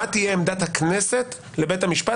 מה תהיה עמדת הכנסת לבית המשפט,